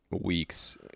weeks